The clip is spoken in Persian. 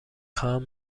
خواهم